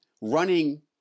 running